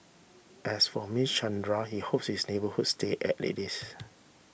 as for Mister Chandra he hopes his neighbourhood stay as it is